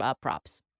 props